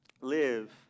live